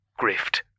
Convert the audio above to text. grift